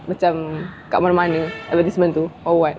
macam kat mana-mana advertisement tu or what